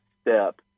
step